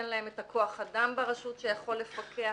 אין להן את הכוח אדם ברשות שיכול לפקח